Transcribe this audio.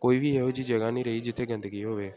ਕੋਈ ਵੀ ਇਹੋ ਜਿਹੀ ਜਗ੍ਹਾ ਨਹੀਂ ਰਹੀ ਜਿੱਥੇ ਗੰਦਗੀ ਹੋਵੇ